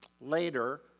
later